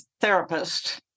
therapist